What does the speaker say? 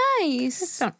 nice